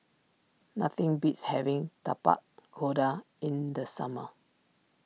nothing beats having Tapak Kuda in the summer